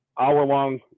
hour-long